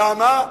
למה?